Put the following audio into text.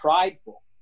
prideful